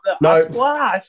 No